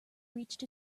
reached